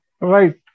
Right